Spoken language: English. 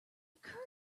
occurred